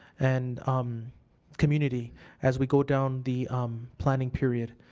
and community as we go down the planning period.